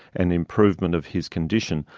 and improvement of his condition,